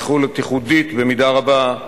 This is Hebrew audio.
יכולת ייחודית במידה רבה,